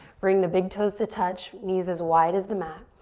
bring the big toes to touch. knees as wide as the mat.